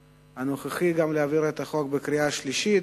הנוכחי גם להעביר את החוק בקריאה השלישית.